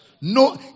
no